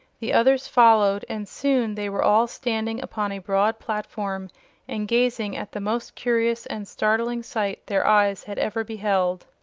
the others followed and soon they were all standing upon a broad platform and gazing at the most curious and startling sight their eyes had ever beheld.